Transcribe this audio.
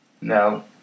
No